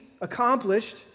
accomplished